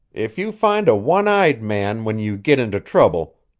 if you find a one-eyed man when you git into trouble,